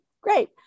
great